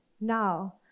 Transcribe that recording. Now